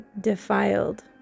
defiled